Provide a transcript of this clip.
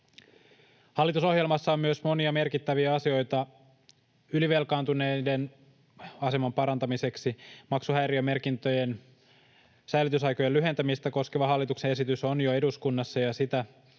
Hallitusohjelmassa on myös monia merkittäviä asioita ylivelkaantuneiden aseman parantamiseksi: Maksuhäiriömerkintöjen säilytysaikojen lyhentämistä koskeva hallituksen esitys on jo eduskunnassa, ja sitä